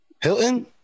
Hilton